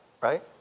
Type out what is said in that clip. right